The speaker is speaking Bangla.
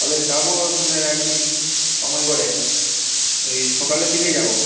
তাহলে যাব তাহলে একদিন সময় করে ওই সকালের দিকেই যাব